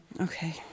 Okay